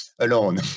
alone